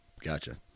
Gotcha